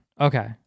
Okay